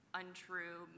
untrue